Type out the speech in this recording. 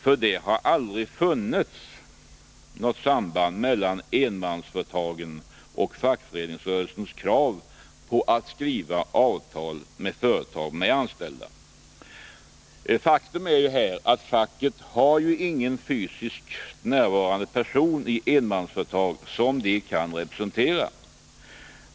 Det har nämligen aldrig funnits något samband mellan enmansföretagen och fackföreningsrörelsens krav på att skriva avtal med företag som har anställda medarbetare. Faktum är ju att facket i enmansföretag inte har någon fysiskt närvarande person som det kan representera.